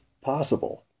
possible